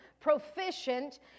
proficient